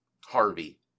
Harvey